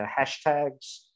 hashtags